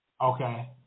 Okay